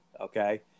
okay